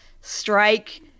strike